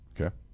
Okay